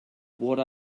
what